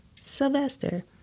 Sylvester